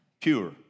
pure